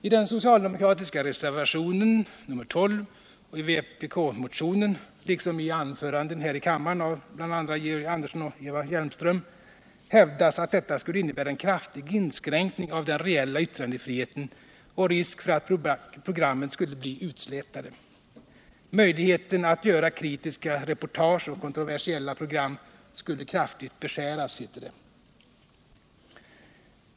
I den socialdemokratiska reservationen 12 och i vpk-motionen, liksom i anföranden här i kammaren av bl.a. Georg Andersson och Eva Hjelmström, hävdas att detta skulle innebära en kraftig inskränkning av den reella yttrandefriheten och risk för att programmen skulle bli utslätade. Möjligheten att göra kritiska reportage och kontroversiella program skulle kraftigt beskäras, heter det.